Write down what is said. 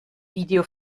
video